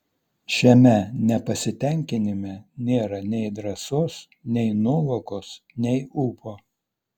šiame nepasitenkinime nėra nei drąsos nei nuovokos nei ūpo